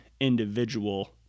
individual